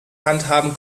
handhaben